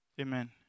Amen